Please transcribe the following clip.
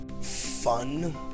fun